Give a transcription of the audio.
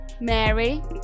Mary